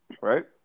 right